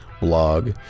blog